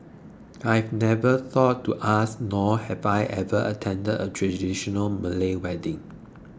I had never thought to ask nor had I ever attended a traditional Malay wedding